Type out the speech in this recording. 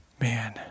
Man